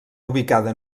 ubicada